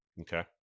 Okay